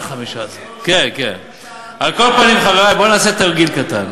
3.15. על כל פנים, חברי, בואו נעשה תרגיל קטן.